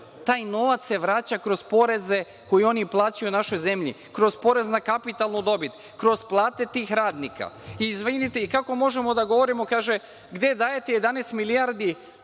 Taj novac se vraća kroz poreze koje oni plaćaju u našoj zemlji, kroz porez na kapitalnu dobit, kroz plate tih radnika. Izvinite, kako možemo da govorimo, kaže – gde dajete 11 milijardi